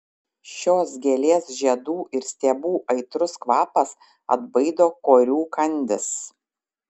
šios gėlės žiedų ir stiebų aitrus kvapas atbaido korių kandis